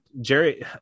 jerry